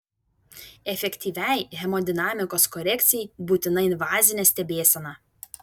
efektyviai hemodinamikos korekcijai būtina invazinė stebėsena